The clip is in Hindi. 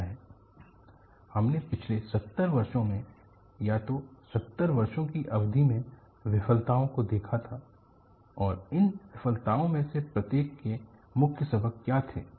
लैसन फ्रॉम स्पेक्टेक्युलर फेल्योर हमने पिछले 70 वर्षों में या तो 70 वर्षों की अवधि में विफलताओं को देखा था और इन विफलताओं में से प्रत्येक के मुख्य सबक क्या थे